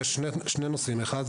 יש שני נושאים: א',